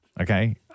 Okay